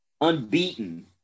unbeaten